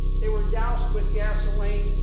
they were doused with gasoline,